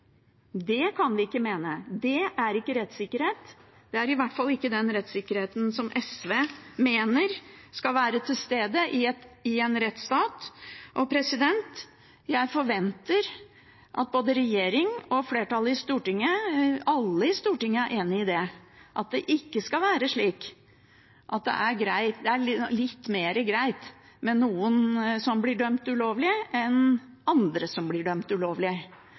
Det kan vi ikke mene. Det er ikke rettssikkerhet. Det er i hvert fall ikke den rettssikkerheten som SV mener skal være til stede i en rettsstat. Jeg forventer at både regjeringen og flertallet i Stortinget – eller alle i Stortinget – er enig i at det ikke skal være slik at det er litt mer greit med noen som blir dømt ulovlig, enn andre som blir dømt ulovlig.